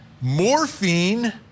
morphine